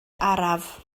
araf